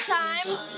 times